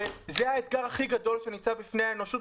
שזה האתגר הכי גדול שניצב בפני האנושות,